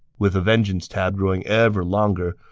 with the vengeance tab growing ever longer,